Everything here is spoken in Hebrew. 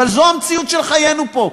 אבל זו המציאות של חיינו פה.